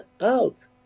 out